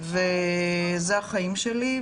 וזה החיים שלי,